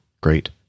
great